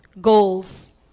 goals